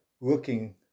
looking